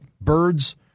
birds